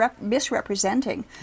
misrepresenting